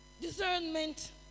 Discernment